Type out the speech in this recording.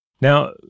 Now